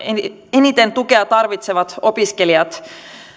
eniten tukea tarvitsevat opiskelijat